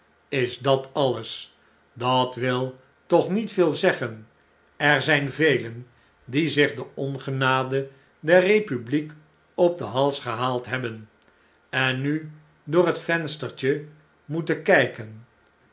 ls dat alles dat wil toch niet veel zeggen er zijn velen die zich de ongenade der republiek op den hals gehaald hebben en nu door het venstertje moeten kjjken